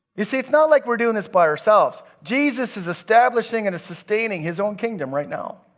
you see, it's not like we're doing this by ourselves. jesus is establishing and sustaining his own kingdom right now